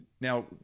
Now